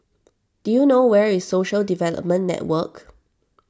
do you know where is Social Development Network